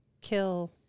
kill